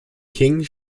king